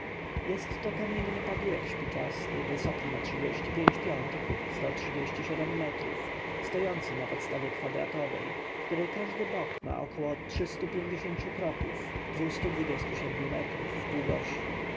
to kamienny pagórek śpiczasty wysoki na trzydzieści pięć piętr sto trzydzieści siedem metrów stojący na podstawie kwadratowej której każdy bok ma około trzystu pięćdziesięciu kroków dwustu dwudziestu siedmiu metrów długości